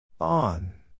On